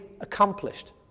accomplished